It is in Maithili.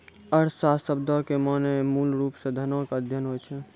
अर्थशास्त्र शब्दो के माने मूलरुपो से धनो के अध्ययन होय छै